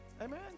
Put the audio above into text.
Amen